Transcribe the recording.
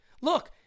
Look